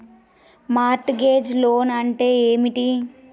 Mart gauge loan అంటే ఏమిటి?